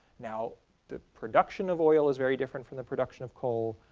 now the production of oil is very different from the production of coal,